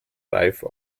live